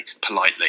politely